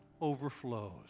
overflows